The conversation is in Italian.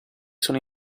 sono